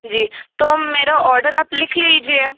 जी तो मेरा ऑर्डर आप लिख लीजिए